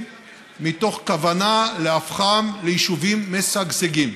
מתוך כוונה להופכם ליישובים משגשגים.